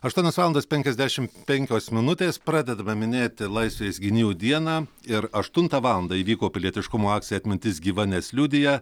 aštuonios valandos penkiasdešim penkios minutės pradedame minėti laisvės gynėjų dieną ir aštuntą valandą įvyko pilietiškumo akcija atmintis gyva nes liudija